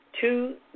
two